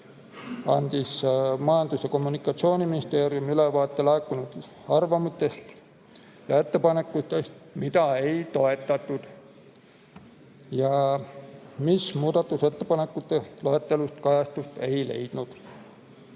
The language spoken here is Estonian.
andis Majandus- ja Kommunikatsiooniministeerium ülevaate laekunud arvamustest ja ettepanekutest, mida ei toetatud ja mis muudatusettepanekute loetelus kajastust ei leidnud.